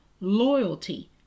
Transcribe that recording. loyalty